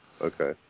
Okay